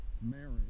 marriage